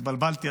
התבלבלתי,